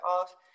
off